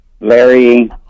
Larry